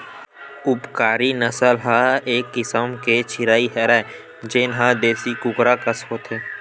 उपकारी नसल ह एक किसम के चिरई हरय जेन ह देसी कुकरा कस होथे